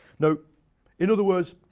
now in other words,